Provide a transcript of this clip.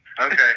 okay